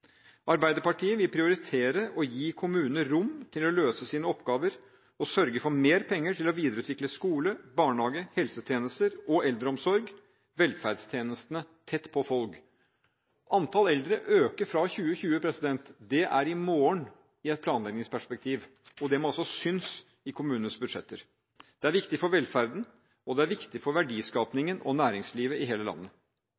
Arbeiderpartiet vil prioritere å gi kommunene rom til å løse sine oppgaver og sørge for mer penger til å videreutvikle skole, barnehage, helsetjenester og eldreomsorg – velferdstjenestene tett på folk. Antallet eldre øker fra 2020, det er i morgen i et planleggingsperspektiv. Det må også synes i kommunenes budsjetter. Det er viktig for velferden, og det er viktig for